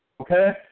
okay